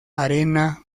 arena